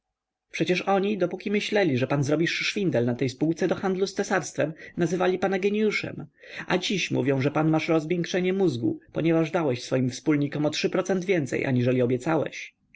przecież oni dopóki myśleli że pan zrobisz szwindel na tej spółce do handlu z cesarstwem nazywali pana geniuszem a dziś mówią że pan masz rozmiękczenie mózgu ponieważ dałeś swoim wspólnikom o więcej aniżeli obiecałeś